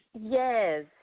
Yes